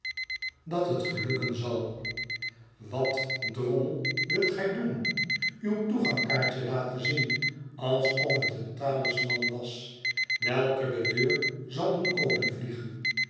dat het gelukken zal wat drommel wilt gij doen uw toegangkaartje laten zien alsof het een talisman was welke de deur zal doen